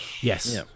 Yes